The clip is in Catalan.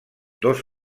dos